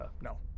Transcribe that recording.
No